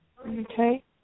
Okay